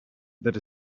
that